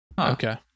Okay